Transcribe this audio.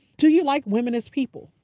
do you like women as people?